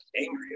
angry